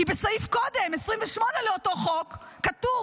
כי בסעיף קודם, 28 לאותו חוק, כתוב